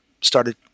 started